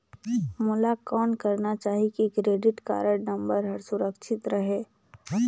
मोला कौन करना चाही की क्रेडिट कारड नम्बर हर सुरक्षित रहे?